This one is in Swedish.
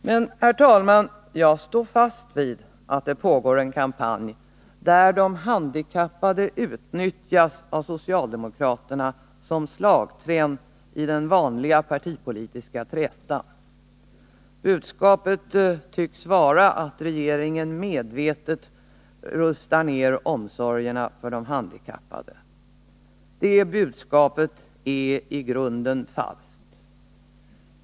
Men, herr talman, jag står fast vid att det pågår en kampanj, där de handikappade utnyttjas av socialdemokraterna som slagträn i den vanliga partipolitiska trätan. Budskapet tycks vara att regeringen medvetet rustar ned omsorgerna för de handikappade. Det budskapet är i grunden falskt.